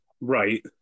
Right